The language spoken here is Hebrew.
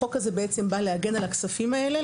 החוק הזה בעצם בא להגן על הכספים האלה,